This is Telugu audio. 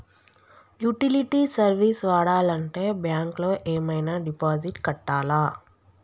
యుటిలిటీ సర్వీస్ వాడాలంటే బ్యాంక్ లో ఏమైనా డిపాజిట్ కట్టాలా?